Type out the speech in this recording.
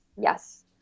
yes